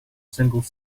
single